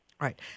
Right